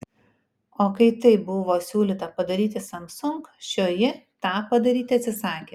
o kai tai buvo siūlyta padaryti samsung šioji tą padaryti atsisakė